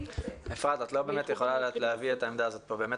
את לא יכולה להביע את העמדה הזאת כאן.